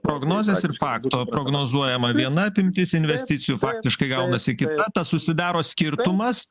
prognozės ir fakto prognozuojama viena apimtis investicijų faktiškai gaunasi kita tas susidaro skirtumas